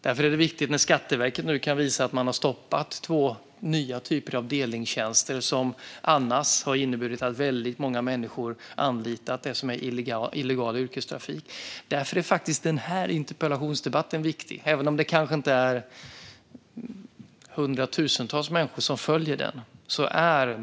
Därför är det viktigt när Skatteverket nu kan visa att man har stoppat två nya typer av delningstjänster som annars hade inneburit att väldigt många människor anlitat det som är illegal yrkestrafik. Därför är också den här interpellationsdebatten viktig, även om det kanske inte är hundratusentals människor som följer den.